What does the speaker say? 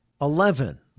Eleven